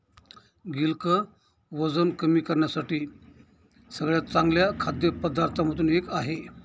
गिलक वजन कमी करण्यासाठी सगळ्यात चांगल्या खाद्य पदार्थांमधून एक आहे